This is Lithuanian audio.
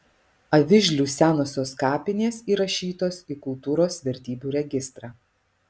avižlių senosios kapinės įrašytos į kultūros vertybių registrą